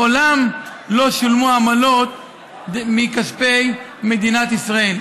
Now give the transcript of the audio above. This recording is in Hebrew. מעולם לא שילמו עמלות מכספי מדינת ישראל.